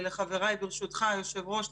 ברשותך היושב ראש,